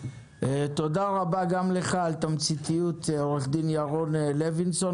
תודה רבה גם לך על תמציתיות, עו"ד ירון לוינסון.